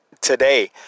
today